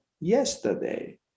yesterday